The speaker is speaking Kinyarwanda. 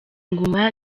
inguma